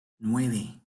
nueve